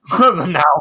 Now